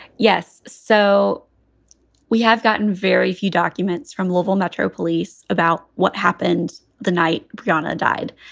yes. so we have gotten very few documents from lowville metro police about what happened the night garner died.